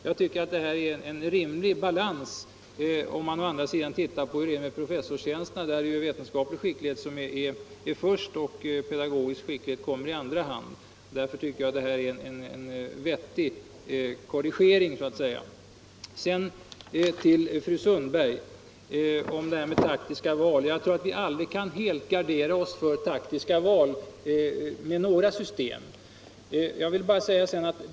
Jag tycker att detta förslag balanserar bra med de bestämmelser som gäller vid tillsättande av professorstjänster, där vetenskaplig skicklighet väger tyngst och pedagogisk skicklighet kommer i andra hand. Sedan till fru Sundberg om taktiska ämnesval. Jag tror inte att vi med något system helt kan gardera oss mot sådana taktiska val.